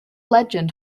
legend